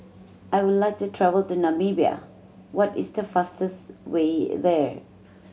I would like to travel to Namibia what is the fastest way there